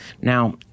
Now